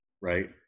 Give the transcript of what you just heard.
right